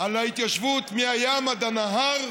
על ההתיישבות מהים עד הנהר,